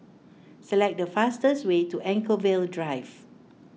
select the fastest way to Anchorvale Drive